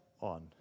on